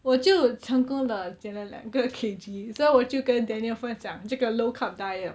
我就成功的减了两个 K_G 所以我就跟 daniel 分享这个 low carb diet